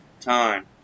time